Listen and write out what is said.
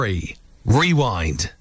Rewind